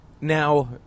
Now